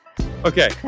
Okay